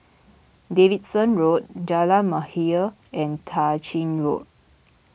Davidson Road Jalan Mahir and Tah Ching Road